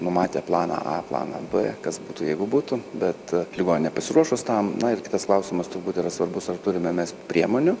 numatę planą a planą b kas būtų jeigu būtų bet ligoninė pasiruošus tam na ir kitas klausimas turbūt yra svarbus ar turime mes priemonių